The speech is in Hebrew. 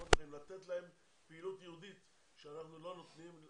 למקומות אחרים ולתת להם פעילות יהודית שאנחנו לא נותנים.